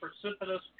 precipitous